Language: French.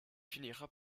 finira